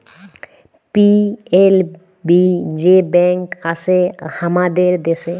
PLB যে bank আসে হামাদের দ্যাশে